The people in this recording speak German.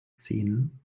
ziehen